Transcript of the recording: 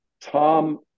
Tom